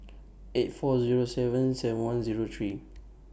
eight four Zero seven seven one Zero three